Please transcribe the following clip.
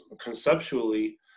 conceptually